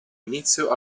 inizio